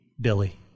Billy